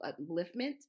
upliftment